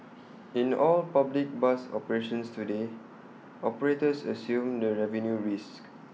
in all public bus operations today operators assume the revenue risk